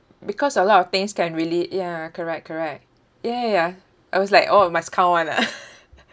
because a lot of things can really ya correct correct ya ya ya I was like oh must count [one] ah